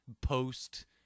post